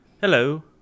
Hello